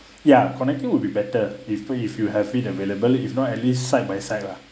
ya connecting will be better if if you have it available if not at least side by side lah